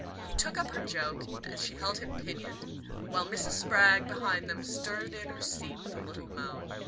he took up her joke as she held him pinioned while mrs. spragg, behind them, stirred in her seat with a little moan.